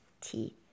teeth